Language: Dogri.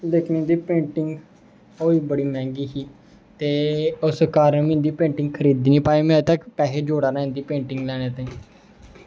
लेकिन इं'दी पेंटिंग ओह् बड़ी मैहंगी ही ते उस कारण इं'दी पेंटिंग खरीदी निं पाया में अजें तक पैसे जोड़ा दा ऐं इं'दी पेंटिंग लैने ताहीं